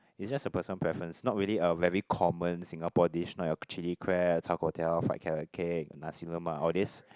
it's just a personal preference not really a very common Singapore dish not your chilli crab char-kway-teow fried carrot cake and nasi-lemak all these